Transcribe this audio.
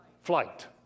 flight